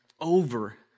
over